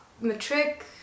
matric